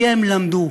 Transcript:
כי הם למדו.